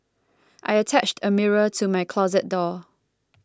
I attached a mirror to my closet door